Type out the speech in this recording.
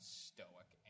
stoic